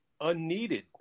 Unneeded